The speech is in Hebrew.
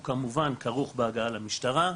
הוא כמובן כרוך בהגעה למשטרה,